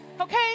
okay